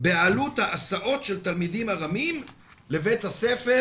בעלות ההסעות של תלמידים ארמים לבית הספר